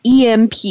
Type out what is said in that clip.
EMP